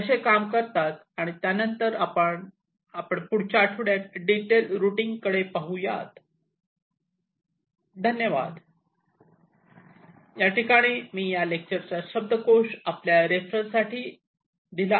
ते कसे काम करतात आणि त्यानंतर आपण पुढच्या आठवड्यात डिटेल रुटींग कडे पाहू